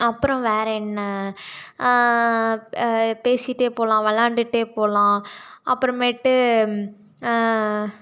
அப்புறம் வேறே என்ன பேசிக்கிட்டே போகலாம் விளாண்டுட்டே போகலாம் அப்புறமேட்டு